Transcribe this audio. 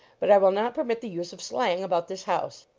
but i will not permit the use of slang about this house.